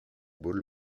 ball